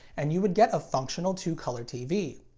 and you would get a functional two color tv.